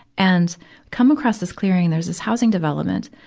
and come across this clearing, there's this housing development.